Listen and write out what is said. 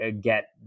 get